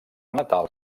natal